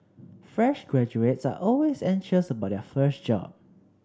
fresh graduates are always anxious about their first job